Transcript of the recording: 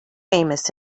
famous